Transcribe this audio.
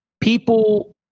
people